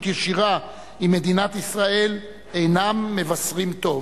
ישירה עם מדינת ישראל אינם מבשרים טוב,